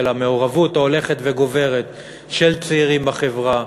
של המעורבות ההולכת וגוברת של צעירים בחברה,